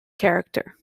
character